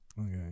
Okay